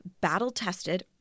battle-tested